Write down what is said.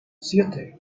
siete